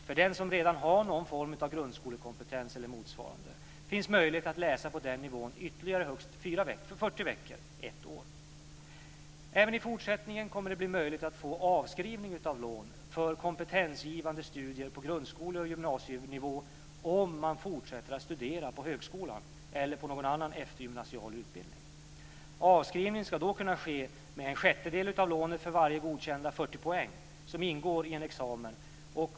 För den som redan har någon form av grundskolekompetens eller motsvarande finns möjlighet att läsa på den nivån ytterligare högst 40 veckor, ett år. Även i fortsättningen kommer det att bli möjligt att få avskrivning av lån för kompetensgivande studier på grundskole och gymnasienivå om man fortsätter att studera på högskola eller annan eftergymnasial utbildning. Avskrivning ska kunna ske med en sjättedel av lånet för varje godkända 40 poäng som ingår i en examen.